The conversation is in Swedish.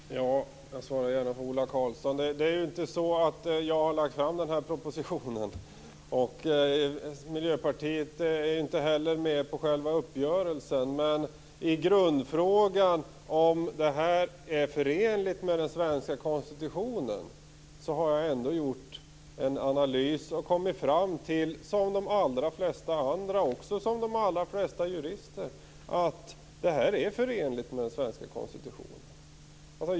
Fru talman! Jag svarar gärna på Ola Karlssons replik. Jag har inte lagt fram propositionen. Miljöpartiet är inte heller med i själva uppgörelsen. Men i frågan om detta är förenligt med den svenska konstitutionen har min analys visat, liksom för de allra flesta jurister, att det här är förenligt med den svenska konstitutionen.